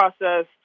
Process